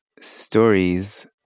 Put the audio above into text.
stories